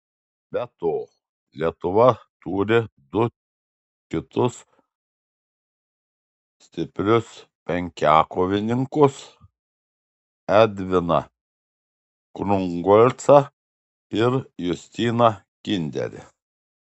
be to lietuva turi du kitus stiprius penkiakovininkus edviną krungolcą ir justiną kinderį